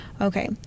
Okay